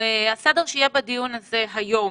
סדר הדיון היום